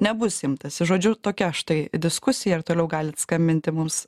nebus imtasi žodžiu tokia štai diskusija ir toliau galit skambinti mums